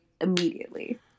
immediately